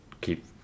keep